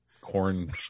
corn